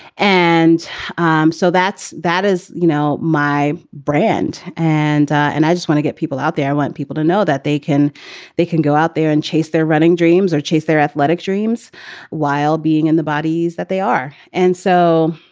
and um so that's that is, you know, my brand. and and i just want to get people out there. i want people to know that they can they can go out there and chase their running dreams or chase their athletic dreams while being in the bodies that they are. and so,